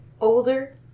Older